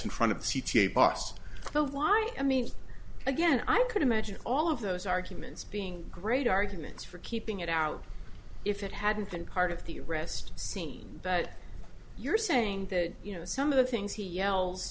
wife i mean again i could imagine all of those arguments being great arguments for keeping it out if it hadn't been part of the arrest scene but you're saying that you know some of the things he yells